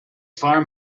farm